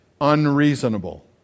unreasonable